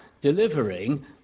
delivering